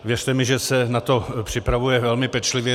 Věřte mi, že se na to připravuje velmi pečlivě.